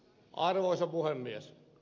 arvoisa puhemies